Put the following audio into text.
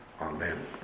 Amen